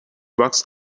bucks